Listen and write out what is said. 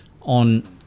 on